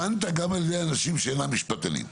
הובנת גם על ידי אנשים שאינם משפטנים.